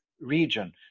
region